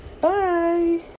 Bye